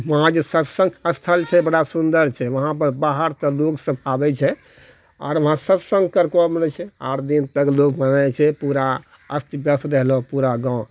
वहाँ जे सत्सङ्ग स्थल छै बड़ा सुन्दर छै वहाँपर बाहरसँ लोक सभ आबै छै आओर वहाँ सत्सङ्ग करलको छओ आठ दिन तक लोक रहै छै पूरा अस्त व्यस्त रहलौ पूरा गाँव